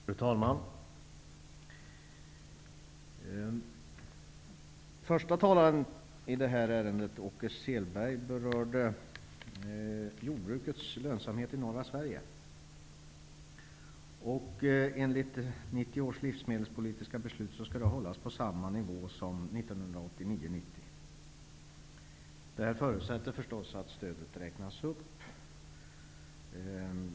Fru talman! Förste talaren i det här ärendet, Åke Sverige. Enligt 1990 års livsmedelspolitiska beslut skall den hållas på samma nivå som 1989/90. Det förutsätter förstås att stödet räknas upp.